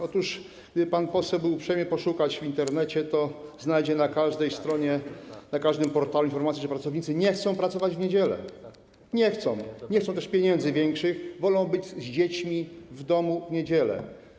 Otóż gdyby pan poseł był uprzejmy poszukać w Internecie, to znalazłby na każdej stronie, na każdym portalu informację, że pracownicy nie chcą pracować w niedzielę, nie chcą, nie chcą też większych pieniędzy, wolą być z dziećmi w domu w niedzielę.